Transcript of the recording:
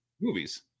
movies